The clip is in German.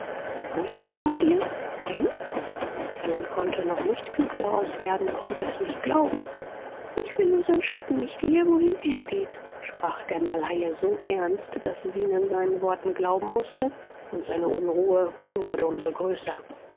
wohin fahrt ihr wohin zenon konnte noch nicht klug daraus werden konnte es nicht glauben ich bin nur sein schatten ich gehe wohin er geht sprach der malaie so ernst daß zenon seinen worten glauben mußte und seine unruhe wurde um so größer